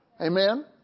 Amen